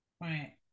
right